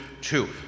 two